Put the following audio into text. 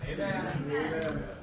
Amen